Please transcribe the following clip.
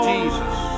Jesus